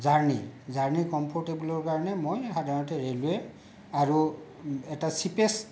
journey journey কমফৰ্টেবলৰ কাৰণে মই সাধাৰণতে ৰেলৱে আৰু এটা চিপেষ্ট